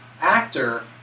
actor